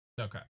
Okay